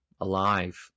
alive